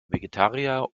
vegetarier